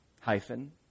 hyphen